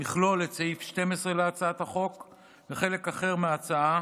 יכלול את סעיף 12 להצעת החוק וחלק אחר מההצעה